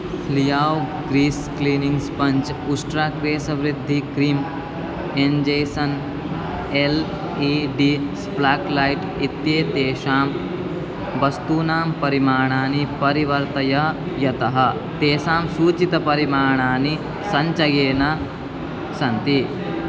फ्लियाव् grease cleaning sponge उस्ट्रा केशवृद्धिः cream एञ्जेसन् एल् ई डी स्फ्लाक् लैट् इत्येतेषां वस्तूनां परिमाणानि परिवर्तय यतः तेषां सूचितपरिमाणानि सञ्चये न सन्ति